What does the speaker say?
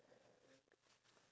ya